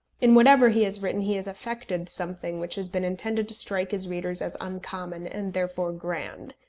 in whatever he has written he has affected something which has been intended to strike his readers as uncommon and therefore grand.